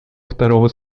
второго